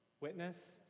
witness